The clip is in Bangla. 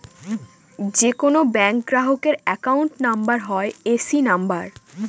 যে কোনো ব্যাঙ্ক গ্রাহকের অ্যাকাউন্ট নাম্বার হয় এ.সি নাম্বার